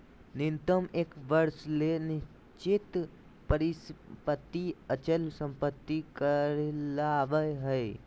न्यूनतम एक वर्ष ले निश्चित परिसम्पत्ति अचल संपत्ति कहलावय हय